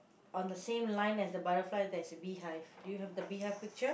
on the same line as the butterfly there's a beehive do you have the beehive picture